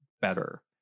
better